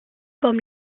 comme